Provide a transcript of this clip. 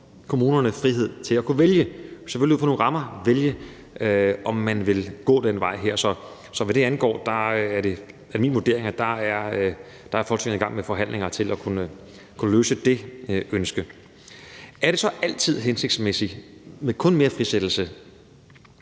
kommunerne frihed til at kunne vælge, selvfølgelig inden for nogle rammer, om man vil gå den vej. Så hvad det angår, er det min vurdering, at Folketinget er i gang med forhandlinger, som vil kunne opfylde det ønske. Er det så altid hensigtsmæssigt med kun mere frisættelse?